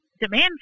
demand